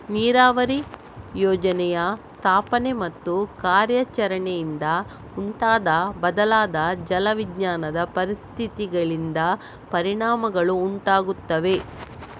ನೀರಾವರಿ ಯೋಜನೆಯ ಸ್ಥಾಪನೆ ಮತ್ತು ಕಾರ್ಯಾಚರಣೆಯಿಂದ ಉಂಟಾದ ಬದಲಾದ ಜಲ ವಿಜ್ಞಾನದ ಪರಿಸ್ಥಿತಿಗಳಿಂದ ಪರಿಣಾಮಗಳು ಉಂಟಾಗುತ್ತವೆ